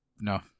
no